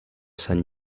sant